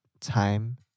time